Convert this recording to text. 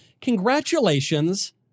congratulations